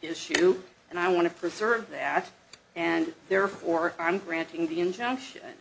issue and i want to preserve that and therefore i'm granting the injunction